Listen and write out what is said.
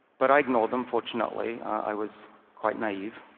but i ignored them, fortunately. i was quite naive,